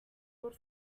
good